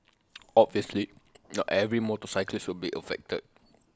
obviously not every motorcyclist will be affected